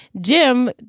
jim